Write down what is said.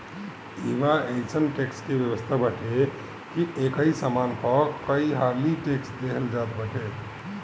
इहवा अइसन टेक्स के व्यवस्था बाटे की एकही सामान पअ कईहाली टेक्स देहल जात बाटे